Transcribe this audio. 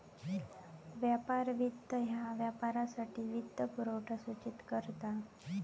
व्यापार वित्त ह्या व्यापारासाठी वित्तपुरवठा सूचित करता